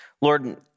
Lord